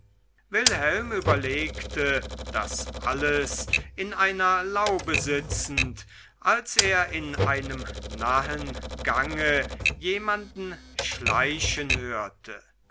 wilhelm überlegte das alles in einer laube sitzend als er in einem nahen gange jemanden schleichen hörte